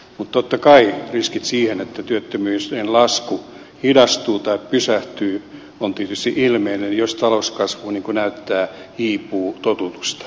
mutta totta kai riski siihen että työttömyys sen lasku hidastuu tai pysähtyy on tietysti ilmeinen jos talouskasvu niin kuin näyttää hiipuu totutusta